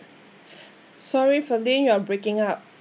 sorry ferline you're breaking up